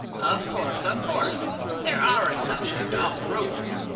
of course, of course there are exceptions to all rules,